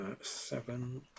Seven